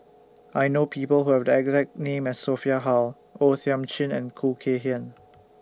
I know People Who Have The exact name as Sophia Hull O Thiam Chin and Khoo Kay Hian